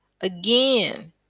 again